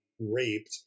raped